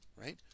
right